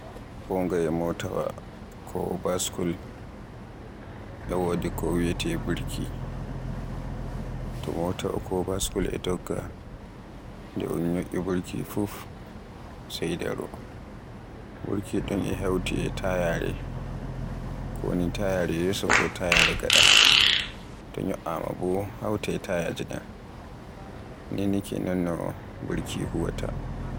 Kongaye motaawa ko baskul e wodi ko wiyeete burki, to motaawa ko baskul e dogga, nde un ñyoi burki fuf sai daro. burki sun e hawti e tayaare, ko mi tayaare yeso ko tayaare gada. So un ñyo'i bo hawtai tayaje den niniike non no burki dun huwaata.